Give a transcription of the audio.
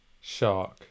shark